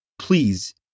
Please